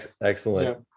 excellent